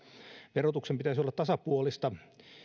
verotuksen pitäisi olla tasapuolista